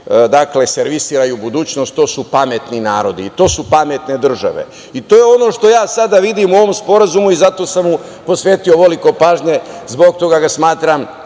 koji servisiraju budućnost. To su pametni narodi i to su pametne države. To je ono što ja sada vidim u ovom sporazumu i zato sam mu posvetio ovoliko pažnje, zbog toga ga smatram